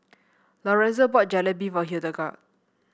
Lorenzo bought Jalebi for Hildegard